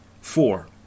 Four